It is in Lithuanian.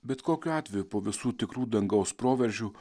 bet kokiu atveju po visų tikrų dangaus proveržių